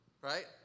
right